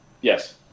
Yes